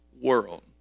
world